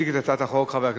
הצעת החוק הבאה: